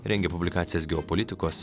rengė publikacijas geopolitikos